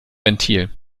ventil